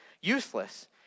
useless